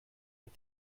and